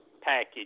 package